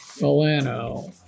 Milano